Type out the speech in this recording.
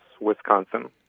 Wisconsin